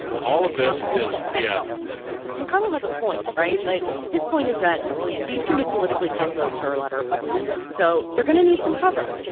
all of this is theatrics mcconnell has a point, right? his point is that these can be politically tough votes for a lot of republicans. so they're going to need some cover.